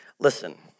Listen